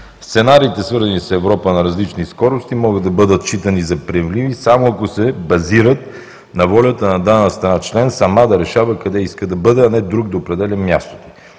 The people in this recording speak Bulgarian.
Сценариите, свързани с Европа на различни скорости, могат да бъдат считани за приемливи само, ако се базират на волята на дадена страна – член сама да решава къде иска да бъде, а не друг да определя мястото